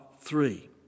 three